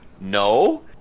no